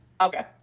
Okay